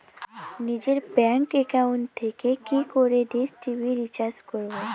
নিজের bank account থেকে কি করে ডিশ টি.ভি রিচার্জ করবো?